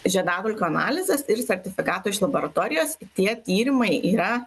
žiedadulkių analizės ir sertifikatų iš laboratorijos tie tyrimai yra